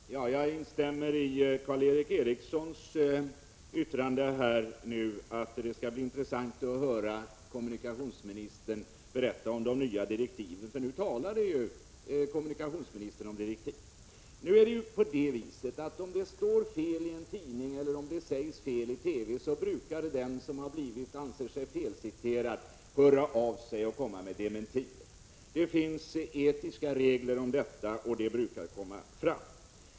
Fru talman! Jag instämmer i Karl Erik Erikssons yttrande, att det skall bli intressant att höra kommunikationsministern berätta om de nya direktiven. Nu talade ju kommunikationsministern om direktiv. Om det står fel i en tidning eller sägs fel i TV brukar den som anser sig felciterad höra av sig och komma med dementier. Det finns etiska regler för detta, och det brukar komma fram.